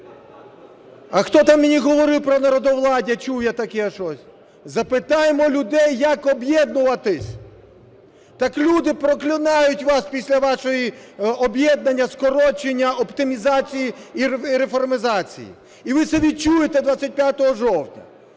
А хто там мені говорив про народовладдя? Чув я таке щось: "Запитаймо людей, як об'єднуватися". Так люди проклинають вас після вашого об'єднання, скорочення, оптимізації і реформизації. І ви це все відчуєте 25 жовтня.